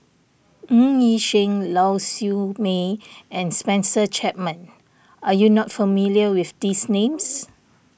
Ng Yi Sheng Lau Siew Mei and Spencer Chapman are you not familiar with these names